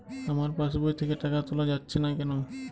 আমার পাসবই থেকে টাকা তোলা যাচ্ছে না কেনো?